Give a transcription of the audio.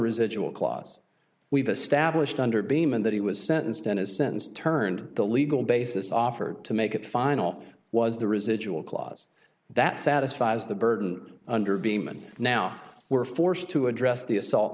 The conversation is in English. residual clause we've established under beeman that he was sentenced and his sentence turned the legal basis offered to make it final was the residual clause that satisfies the burden under a beam and now we're forced to address the assault